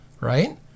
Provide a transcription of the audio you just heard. Right